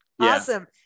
Awesome